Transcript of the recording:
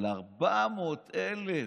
אבל 400,000